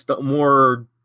more